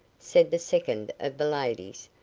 said the second of the ladies